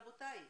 רבותיי,